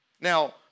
Now